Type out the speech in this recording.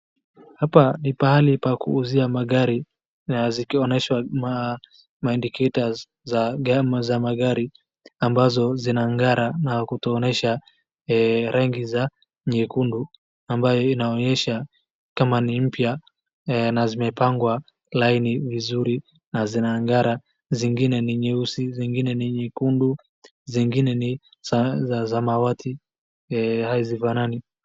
Hapa ni pahali pa kuuzia magari, na zikionyeshwa ma indicators za magar,i ambazo zinang'ara na kutuonyesha rangi za nyekundu, ambayo inaonyesha kama ni mpya, na zimepangwa laini vizuri, na zinang'ara zingine ni nyeusi, zingine ni nyekundu, zingine ni za samawati, hazifanani.